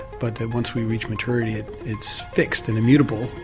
but then once we reached maturity it's fixed and immutable,